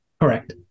Correct